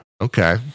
Okay